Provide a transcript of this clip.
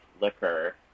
liquor